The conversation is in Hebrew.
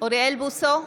אוריאל בוסו,